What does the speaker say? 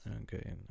Okay